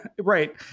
right